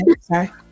Sorry